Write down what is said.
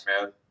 man